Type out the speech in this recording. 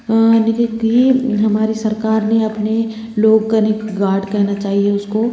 यानि की कई हमारी सरकार ने अपने लोग कनेक्ट गार्ड कहना चाहिए उसको